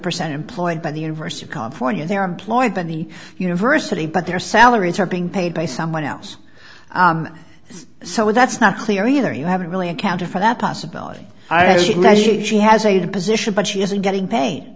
percent employed by the university of california they're employed by the university but their salaries are being paid by someone else so that's not clear either you haven't really accounted for that possibility she has a good position but she isn't getting paid